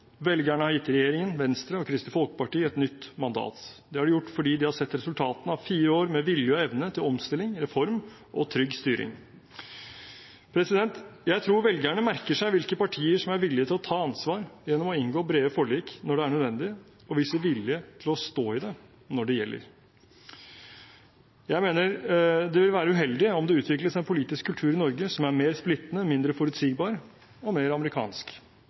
Velgerne har gitt regjeringen, Venstre og Kristelig Folkeparti et nytt mandat. Det har de gjort fordi de har sett resultatene av fire år med vilje og evne til omstilling, reform og trygg styring. Jeg tror velgerne merker seg hvilke partier som er villige til å ta ansvar gjennom å inngå brede forlik når det er nødvendig, og som viser vilje til å stå i det når det gjelder. Jeg mener det vil være uheldig om det utvikles en politisk kultur i Norge som er mer splittende, mindre forutsigbar og mer amerikansk.